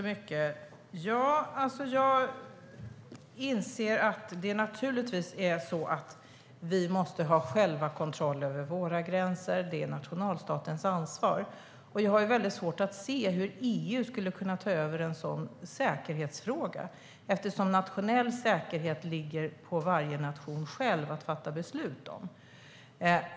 Fru talman! Jag inser naturligtvis att vi själva måste ha kontroll över våra gränser. Det är nationalstatens ansvar. Och jag har väldigt svårt att se hur EU skulle kunna ta över en sådan säkerhetsfråga, eftersom nationell säkerhet ligger på varje nation själv att fatta beslut om.